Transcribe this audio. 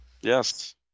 Yes